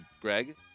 Greg